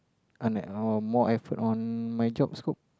uh more effort on my job scope